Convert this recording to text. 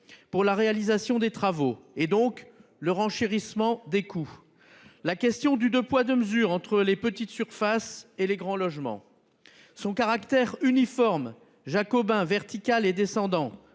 Pour la réalisation des travaux et donc le renchérissement des coûts. La question du deux poids deux mesures entre les petites surfaces et les grands logements son caractère uniforme jacobin verticale et descendant